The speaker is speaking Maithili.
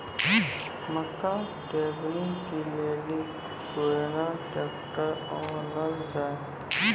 मक्का टेबनी के लेली केना ट्रैक्टर ओनल जाय?